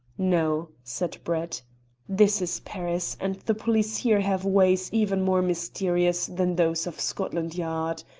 no, said brett this is paris, and the police here have ways even more mysterious than those of scotland yard.